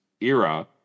era